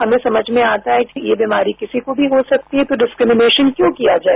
हमें समझ में आता है कि ये बीमारी किसी को भी हो सकती है तो कपेबतपउपदंजपवद क्यों किया जाए